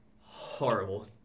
Horrible